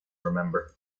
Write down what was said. remember